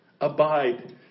abide